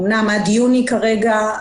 אמנם עד יוני כרגע,